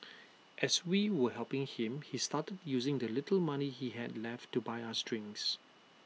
as we were helping him he started using the little money he had left to buy us drinks